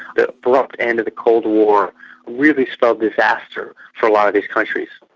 the abrupt end of the cold war really spelled disaster for a lot of these countries.